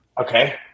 okay